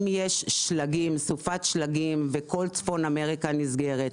אם יש סופת שלגים וכל צפון אמריקה נסגרת.